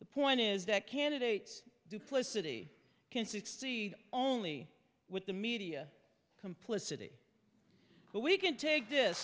the point is that candidates duplicity can succeed only with the media complicity but we can take this